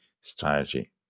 strategy